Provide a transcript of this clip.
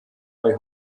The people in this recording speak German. bei